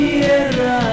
Tierra